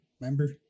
Remember